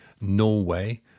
Norway